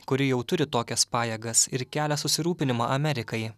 kuri jau turi tokias pajėgas ir kelia susirūpinimą amerikai